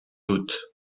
août